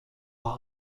war